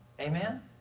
Amen